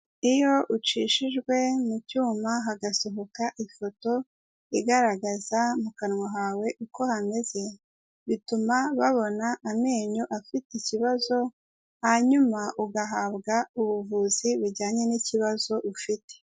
Iyo ucishijwe mu cyuma hagasohoka ifoto igaragaza mu kanwa kawe uko hameze, bituma babona amenyo afite ikibazo hanyuma ugahabwa ubuvuzi bujyanye n'ikibazo ufite.